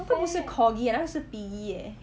那个不是 corgi ah 那个是 eh